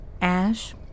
Ash